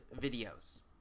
videos